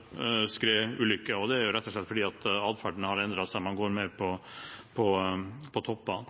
de siste årene, er jo bl.a. at det er veldig mange som har omkommet i snøskredulykker. Det er rett og slett fordi atferden har endret seg – man går mer på toppene.